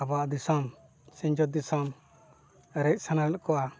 ᱟᱵᱚᱣᱟᱜ ᱫᱤᱥᱚᱢ ᱥᱤᱧᱚᱛ ᱫᱤᱥᱚᱢ ᱨᱮᱡ ᱥᱟᱱᱟᱞᱮᱫ ᱠᱚᱣᱟ